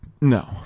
No